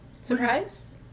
Surprise